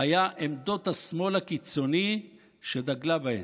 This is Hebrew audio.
היה עמדות השמאל הקיצוני שדגלה בהן,